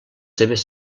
seves